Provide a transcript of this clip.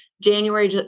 January